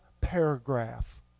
paragraph